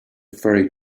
ferry